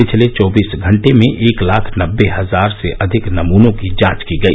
पिछले चौबीस घंटे में एक लाख नबे हजार से अधिक नमनों की जांच की गई